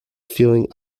feeling